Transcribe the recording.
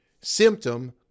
symptom